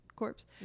corpse